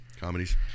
comedies